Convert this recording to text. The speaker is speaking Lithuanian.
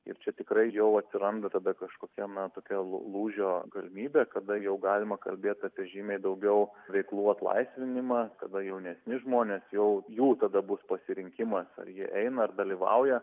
ir čia tikrai jau atsiranda tada kažkokia na tokia lū lūžio galimybė kada jau galima kalbėt apie žymiai daugiau veiklų atlaisvinimą kada jaunesni žmonės jau jų tada bus pasirinkimas ar jie eina ar dalyvauja